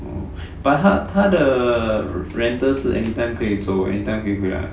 oh but 他他的 rental 是 anything 可以走 anytime 可以回来 ah